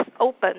open